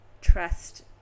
trust